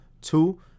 Two